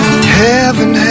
Heaven